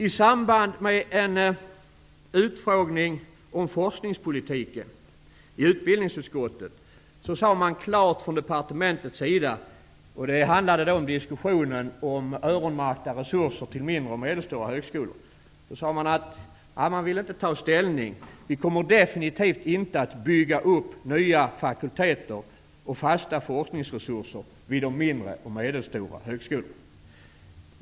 I samband med en utfrågning om forskningspolitiken i utbildningsutskottet sades klart från departementets sida -- det var i diskussionen om öronmärkta resurser till mindre och medelstora högskolor -- att de inte ville ta ställning. Det kommer definitivt inte att byggas upp nya fakulteter och fasta forskningsresurser vid de mindre och medelstora högskolorna.